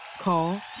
Call